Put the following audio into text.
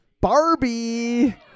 Barbie